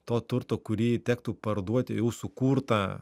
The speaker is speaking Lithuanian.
to turto kurį tektų parduoti jau sukurtą